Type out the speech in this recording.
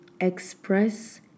Express